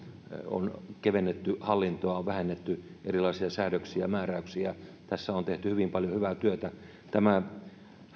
on kevennetty hallintoa vähennetty erilaisia säädöksiä määräyksiä tässä on tehty hyvin paljon hyvää työtä tämä